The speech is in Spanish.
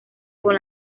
con